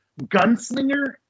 gunslinger